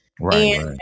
Right